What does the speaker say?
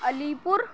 علی پور